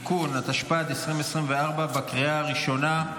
(תיקון), התשפ"ד 2024, בקריאה ראשונה.